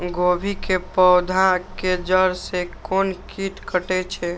गोभी के पोधा के जड़ से कोन कीट कटे छे?